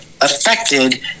affected